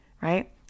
right